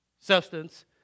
substance